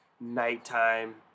nighttime